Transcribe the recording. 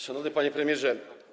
Szanowny Panie Premierze!